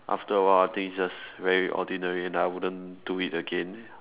after awhile I think it's just very ordinary and I wouldn't do it again